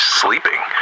sleeping